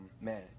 Man